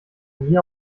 nie